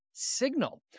signal